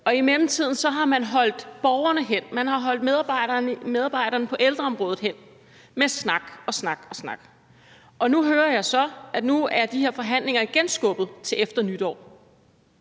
og i mellemtiden har man holdt borgerne hen og man har holdt medarbejderne på ældreområdet hen med snak og snak, og nu hører jeg så, at de her forhandlinger igen er skubbet til efter nytår.